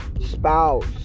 spouse